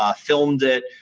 um filmed it.